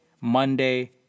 Monday